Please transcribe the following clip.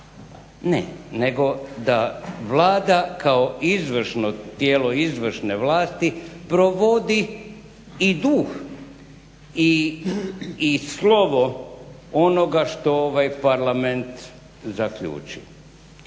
ne, nego da Vlada kao tijelo izvršne vlasti provodi i duh i slovo onoga što ovaj parlament zaključi.